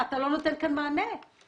אני לא מבין למה אני צריך לממן תושב ישראלי,